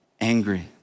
angry